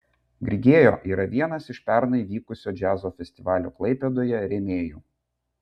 grigeo yra vienas iš pernai vykusio džiazo festivalio klaipėdoje rėmėjų